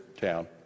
town